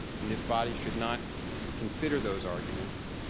and this body should not consider those arguments.